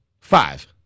Five